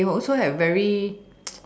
but they also have very